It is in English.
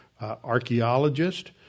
archaeologist